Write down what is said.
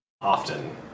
often